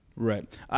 Right